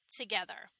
together